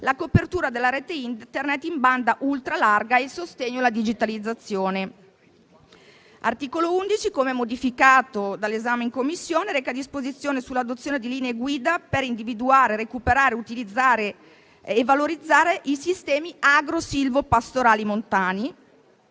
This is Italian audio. la copertura della rete Internet in banda ultra larga e il sostegno alla digitalizzazione. L'articolo 11, come modificato dall'esame in Commissione, reca disposizioni sull'adozione di linee guida per individuare, recuperare, utilizzare e valorizzare i sistemi agrosilvopastorali montani.